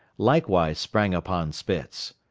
likewise sprang upon spitz.